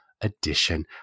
edition